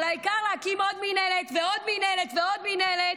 אבל העיקר להקים עוד מינהלת ועוד מינהלת ועוד מינהלת,